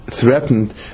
threatened